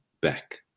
back